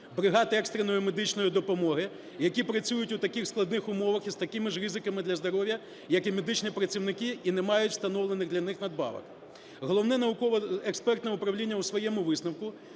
бригад екстреної медичної допомоги, які працюють у таких складних умовах і з такими ж ризиками для здоров'я як і медичні працівники, і не мають встановлених для них надбавок. Головне науково-експертне управління у своєму висновку